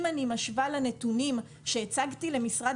אם אני משווה לנתונים שהצגתי למשרד